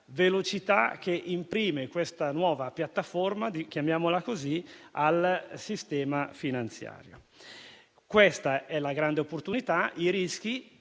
velocità che questa nuova piattaforma - chiamiamola così - imprime al sistema finanziario. Questa è la grande opportunità. I rischi,